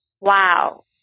Wow